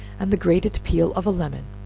and the grated peel of a lemon,